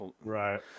Right